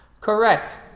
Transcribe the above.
Correct